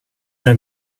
d’un